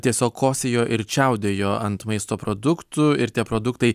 tiesiog kosėjo ir čiaudėjo ant maisto produktų ir tie produktai